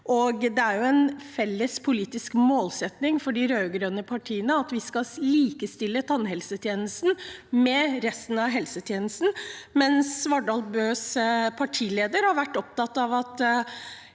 Det er en felles politisk målsetting for de rød-grønne partiene å likestille tannhelsetjenesten med resten av helsetjenesten, mens Svardal Bøes partileder har vært opptatt av at